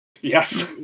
Yes